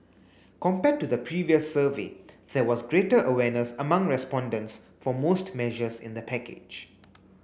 compared to the previous survey there was greater awareness among respondents for most measures in the package